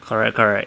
correct correct